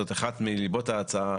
זאת אחת מליבות ההצעה,